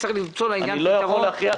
צריך למצוא לעניין פתרון.